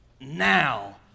now